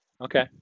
Okay